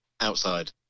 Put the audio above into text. Outside